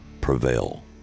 prevail